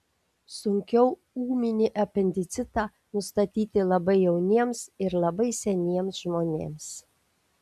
sunkiau ūminį apendicitą nustatyti labai jauniems ir labai seniems žmonėms